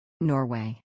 Norway